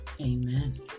amen